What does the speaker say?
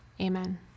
Amen